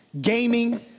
gaming